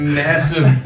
massive